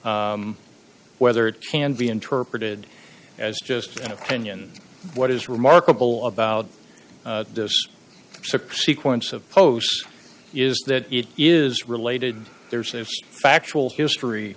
s whether it can be interpreted as just an opinion what is remarkable about this sequence of posts is that it is related there's a factual history